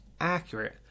accurate